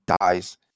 dies